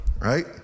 right